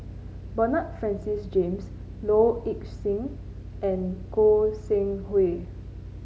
Bernard Francis James Low Ing Sing and Goi Seng Hui